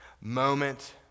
moment